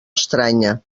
estranya